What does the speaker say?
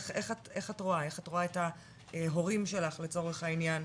איך את רואה את ההורים שלך לצורך העניין,